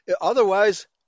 otherwise